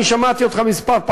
אני שמעתי אותך כמה פעמים,